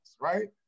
Right